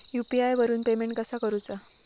UPI वरून payment कसा करूचा?